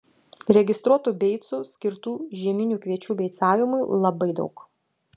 registruotų beicų skirtų žieminių kviečių beicavimui labai daug